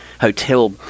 hotel